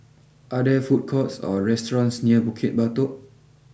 are there food courts or restaurants near Bukit Batok